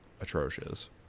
atrocious